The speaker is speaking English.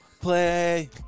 play